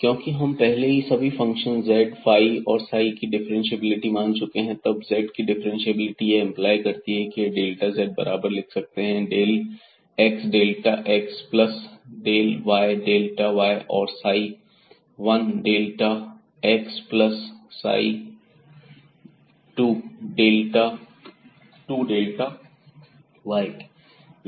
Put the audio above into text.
क्योंकि हम पहले ही इन सभी फंक्शन z फाई और साई की डिफरेंटशिएबिलिटी मान चुके हैं तब z की डिफ्रेंशिएबिलिटी यह एम्पलाई करती है कि हम यह डेल्टा z बराबर लिख सकते हैं del x delta x plus del y delta y और psi 1 delta x plus psi 2 delta y के